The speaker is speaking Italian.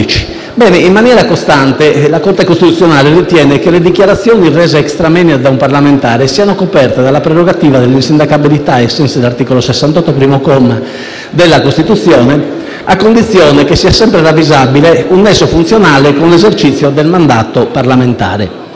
dove, in maniera costante, la Corte costituzionale ritiene che le dichiarazioni rese *extra moenia* da un parlamentare siano coperte dalla prerogativa dell'insindacabilità, ai sensi dell'articolo 68, primo comma, della Costituzione, a condizione che sia sempre ravvisabile un nesso funzionale con l'esercizio del mandato parlamentare,